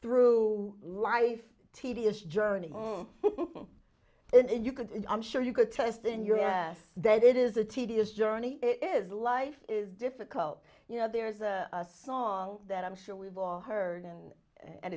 through life tedious journey and you could i'm sure you could test in your ass that it is a tedious journey it is life is difficult you know there's a song that i'm sure we've all heard and and